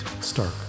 Stark